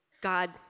God